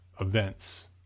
events